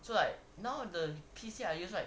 so like now the P_C I use right